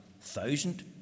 thousand